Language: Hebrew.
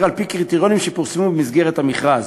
על-פי קריטריונים שפורסמו במסגרת המכרז.